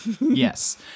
Yes